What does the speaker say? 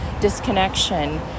disconnection